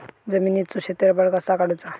जमिनीचो क्षेत्रफळ कसा काढुचा?